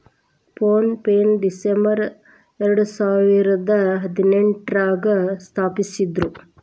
phone ಪೆನ December ಎರಡಸಾವಿರದ ಹದಿನೈದ್ರಾಗ ಸ್ಥಾಪಿಸಿದ್ರು